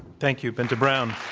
thank you, binta brown.